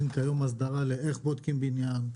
אין כיום הסדרה לאיך בודקים בניין,